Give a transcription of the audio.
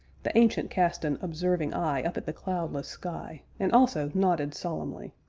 the ancient cast an observing eye up at the cloudless sky, and also nodded solemnly.